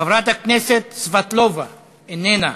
חברת הכנסת סבטלובה, איננה.